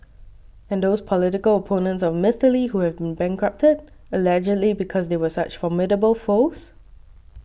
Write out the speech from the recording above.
and those political opponents of Mister Lee who have been bankrupted allegedly because they were such formidable foes